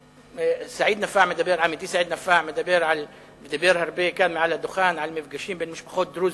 עמיתי סעיד נפאע דיבר הרבה כאן מעל הדוכן על מפגשים בין משפחות דרוזיות,